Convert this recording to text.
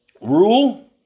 rule